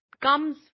comes